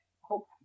hope